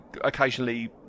occasionally